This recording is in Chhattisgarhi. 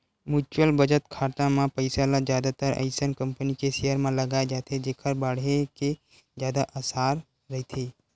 म्युचुअल बचत खाता म पइसा ल जादातर अइसन कंपनी के सेयर म लगाए जाथे जेखर बाड़हे के जादा असार रहिथे